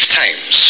times